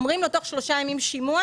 אומרים לו תוך שלושה ימים שימוע,